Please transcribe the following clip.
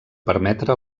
permetre